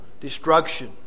destruction